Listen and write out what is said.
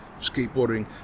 Skateboarding